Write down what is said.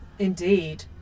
Indeed